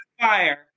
fire